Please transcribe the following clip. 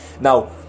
Now